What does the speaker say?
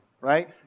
right